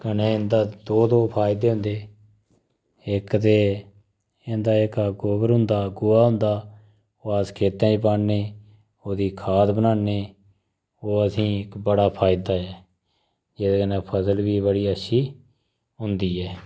कनै इंदा दो दो फायदे होंदे इक ते इ'दां जेह्का गोवर होंदा गोहा होंदा ओह् अस खेतें च पान्ने ओह्दा खाद बनान्ने ओह् असें इक बड़ा फायदा ऐ जेह्देै कन्नै फसल बी बड़ी अच्छी होंदी ऐ